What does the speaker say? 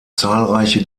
zahlreiche